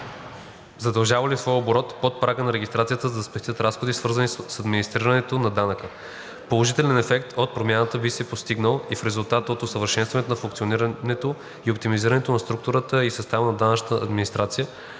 задържали своя оборот под прага за регистрация, за да спестят разходи, свързани с администрирането на данъка. Положителен ефект от промяната би се постигнал и в резултат от усъвършенстването на функционирането и оптимизирането на структурата и състава на данъчната администрация,